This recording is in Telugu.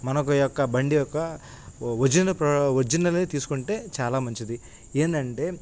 మనకు యొక్క బండి యొక్క ఒరిజినల్ ప ఒరిజినల్ తీసుకుంటే చాలా మంచిది ఏంటంటే